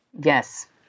yes